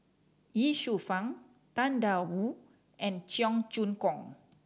Ye Shufang Tang Da Wu and Cheong Choong Kong